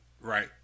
Right